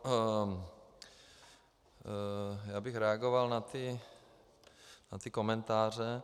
Já bych reagoval na ty komentáře.